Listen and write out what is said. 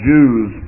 Jews